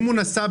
נקודה.